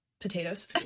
potatoes